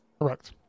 Correct